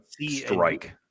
strike